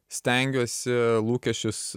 stengiuosi lūkesčius